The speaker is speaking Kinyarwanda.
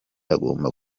agomba